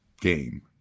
game